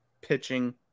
pitching